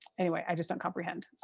anyway, i just don't comprehend.